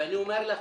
ואני אומר לך